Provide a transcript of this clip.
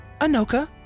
Anoka